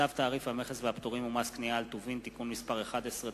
צו תעריף המכס והפטורים ומס קנייה על טובין (תיקון מס' 11),